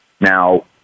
Now